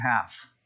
half